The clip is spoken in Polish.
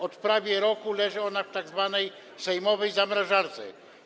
Od prawie roku leży ona w tzw. sejmowej zamrażarce.